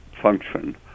function